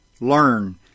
learn